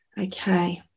Okay